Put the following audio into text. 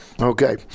Okay